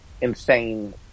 insane